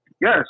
yes